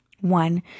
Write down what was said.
one